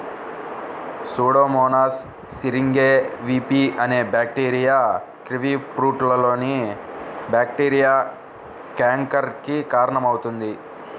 Pseudomonas syringae PV అనే bacteria కివీఫ్రూట్లోని bacteria canker కి కారణమవుతుంది